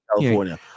California